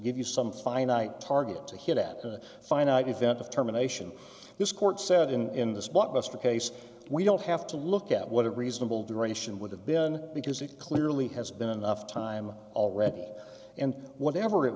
give you some finite target to hit at the finite event of terminations this court said in the spot best case we don't have to look at what a reasonable duration would have been because it clearly has been enough time already and whatever it